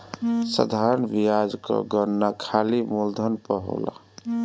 साधारण बियाज कअ गणना खाली मूलधन पअ होला